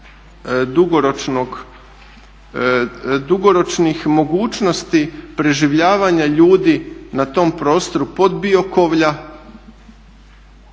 ekonomske dugoročnih mogućnosti preživljavanja ljudi na tom prostoru podbiokovlja.